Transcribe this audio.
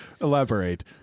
Elaborate